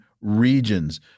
regions